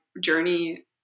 journey